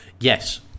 Yes